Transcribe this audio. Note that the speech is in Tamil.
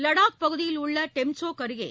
லடாக் பகுதியில் உள்ள டெம்சோக் அருகே